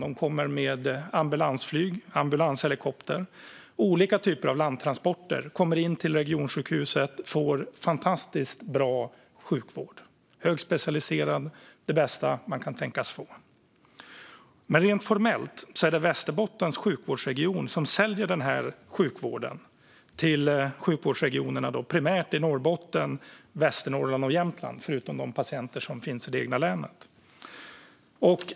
De kommer med ambulansflyg, ambulanshelikopter eller olika typer av landtransporter till regionsjukhuset och får fantastiskt bra sjukvård. Den är högt specialiserad och den bästa man kan tänkas få. Men rent formellt är det Västerbottens sjukvårdsregion som säljer denna sjukvård till sjukvårdsregionerna, primärt i Norrbotten, Västernorrland och Jämtland, förutom till de patienter som finns i det egna länet.